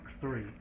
Three